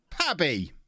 Pabby